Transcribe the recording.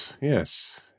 Yes